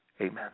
Amen